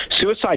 suicide